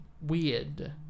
weird